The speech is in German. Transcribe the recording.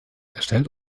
erstellt